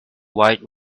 wide